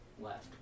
Left